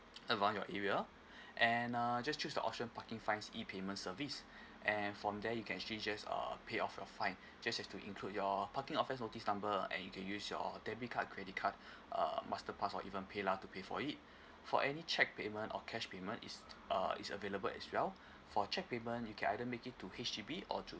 around your area and uh just choose the option parking fines E_payment service and from there you can actually just err pay off your fine just have to include your parking offence notice number and you can use your debit card credit card uh master pass or even paylah to pay for it for any check payment or cash payment is uh is available as well for check payment you can either make it to H_D_B or to